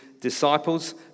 disciples